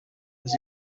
was